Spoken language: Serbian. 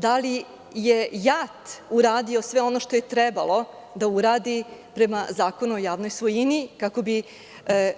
Da li je JAT uradio sve ono što je trebalo da uradi prema Zakonu o javnoj svojini kako bi